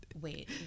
Wait